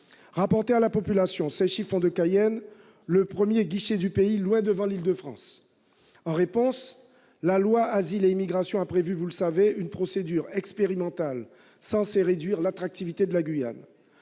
Rapportés à la population, ces chiffres font de Cayenne le premier guichet du pays, loin devant l'Île-de-France. En réponse, la loi Asile et immigration a prévu une procédure expérimentale censée réduire l'attractivité de la Guyane.